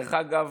דרך אגב,